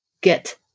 get